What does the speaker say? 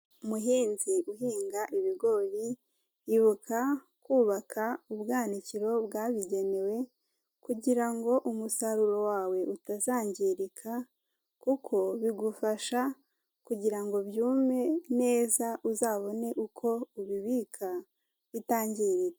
Muhinzi uhinga ibigori, ibuka kubaka ubwanikiro bwabigenewe kugira ngo umusaruro wawe utazangirika kuko bigufasha kugira ngo byume neza, uzabone uko ubibika bitangiritse.